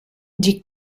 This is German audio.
die